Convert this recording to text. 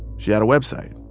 she had a website.